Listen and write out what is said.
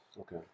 Okay